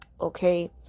Okay